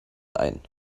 ein